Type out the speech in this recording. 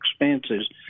expenses